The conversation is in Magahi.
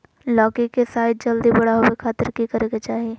लौकी के साइज जल्दी बड़ा होबे खातिर की करे के चाही?